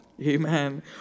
Amen